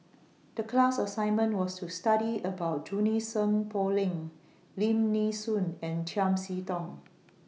The class assignment was to study about Junie Sng Poh Leng Lim Nee Soon and Chiam See Tong